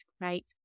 great